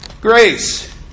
grace